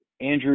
Andrew